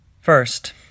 First